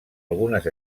algunes